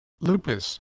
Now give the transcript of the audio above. lupus